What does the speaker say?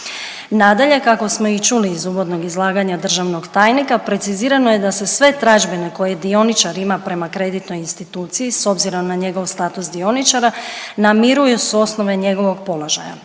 Nadalje, kako smo i čuli iz uvodnog izlaganja državnog tajnika, precizirano je da se sve tražbine koje dioničar ima prema kreditnoj instituciji s obzirom na njegov status dioničara, namiruju s osnove njegovog položaja